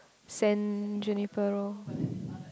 send